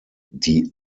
die